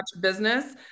business